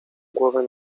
głowę